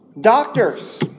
Doctors